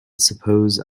suppose